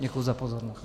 Děkuji za pozornost.